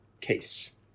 case